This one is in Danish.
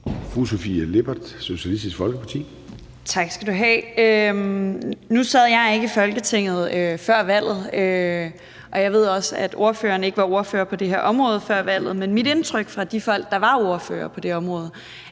Sofie Lippert (SF): Tak skal du have. Nu sad jeg ikke i Folketinget før valget, og jeg ved også, at ordføreren ikke var ordfører på det her område før valget, men mit indtryk fra de folk, der var ordførere på det område,